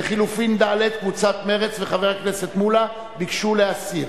לחלופין ד' קבוצת מרצ וחבר הכנסת מולה ביקשו להסיר,